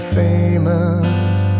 famous